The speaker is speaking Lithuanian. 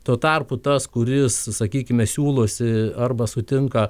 tuo tarpu tas kuris sakykime siūlosi arba sutinka